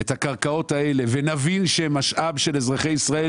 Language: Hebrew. את הקרקעות האלה ונבין שהן משאב של אזרחי ישראל,